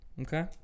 Okay